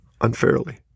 unfairly